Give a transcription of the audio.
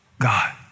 God